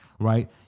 Right